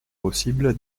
possible